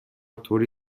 طوری